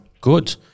good